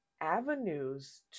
avenues